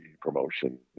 promotion